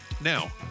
Now